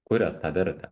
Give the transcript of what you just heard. kuriat tą vertę